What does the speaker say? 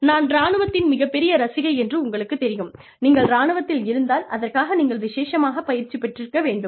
நான் ராணுவத்தின் மிகப் பெரிய ரசிகை என்று உங்களுக்குத் தெரியும் நீங்கள் இராணுவத்திலிருந்தால் அதற்காக நீங்கள் விசேஷமாகப் பயிற்சி பெற்றிருக்க வேண்டும்